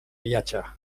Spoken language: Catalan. viatge